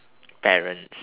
parents